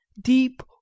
deep